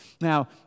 Now